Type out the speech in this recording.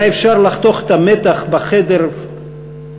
היה אפשר לחתוך את המתח בחדר בסכין,